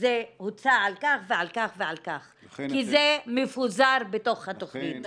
זה הוצא על כך ועל כך ועל כך כי זה מפוזר בתוך התכנית.